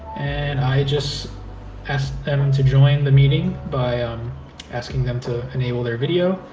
and i just ask them to join the meeting by um asking them to enable their video.